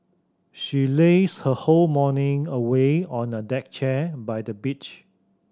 she lazed her whole morning away on a deck chair by the beach